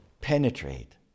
penetrate